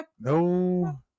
no